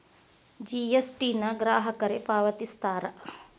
GST ನ ಗ್ರಾಹಕರೇ ಪಾವತಿಸ್ತಾರಾ